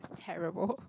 it's terrible